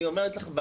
אני אומרת לך,